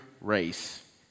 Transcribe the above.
race